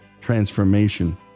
transformation